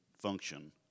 function